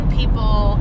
people